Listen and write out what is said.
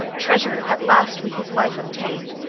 treasure at last with his life obtained,